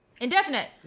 Indefinite